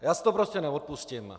Já si to prostě neodpustím.